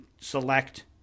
select